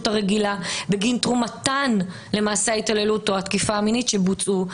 הרגילה בגין תרומתן למעשי ההתעללות או התקיפה המינית שבוצעו".